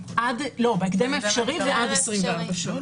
בהקדם האפשרי ועד 24 שעות.